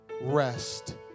rest